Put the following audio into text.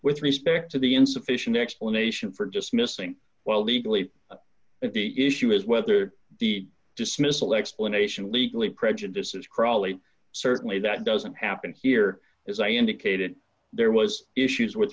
with respect to the insufficient explanation for dismissing well legally but the issue is whether the dismissal explanation legally prejudices crawly certainly that doesn't happen here as i indicated there was issues with